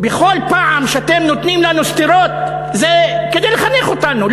בכל פעם שאתם נותנים לנו סטירות זה כדי לחנך אותנו,